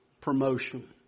promotion